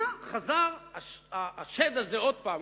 מה חזר השד הזה עוד פעם,